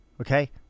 okay